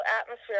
atmosphere